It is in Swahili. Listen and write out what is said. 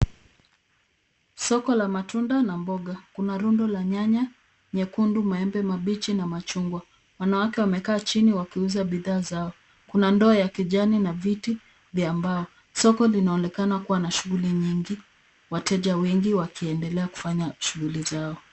Soko la matunda na mboga, kuna rundo la nyanya nyekundu, maembe mabichi na machungwa. Waawake wamekaa chini wakiuza bidhaa zao. Kuna ndoo ya kijani na viti vya mbao. Soko linaonekana na shuguli nyingi wateja wengi wakiendelea kufanya shuguli zao.